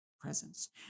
presence